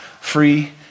free